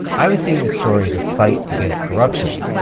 i was seeing this story as a fight against corruption.